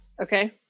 Okay